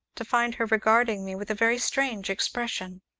to find her regarding me with a very strange expression.